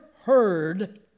heard